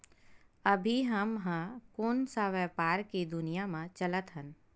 अभी हम ह कोन सा व्यवसाय के दुनिया म चलत हन?